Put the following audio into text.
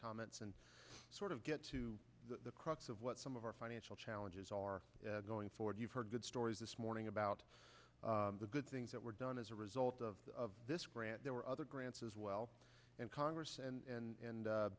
comments and sort of get to the crux of what some of our financial challenges are going forward you've heard good stories this morning about the good things that were done as a result of this grant there were other grants as well and congress and